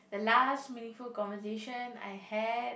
the last meaningful conversation I had